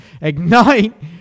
Ignite